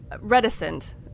reticent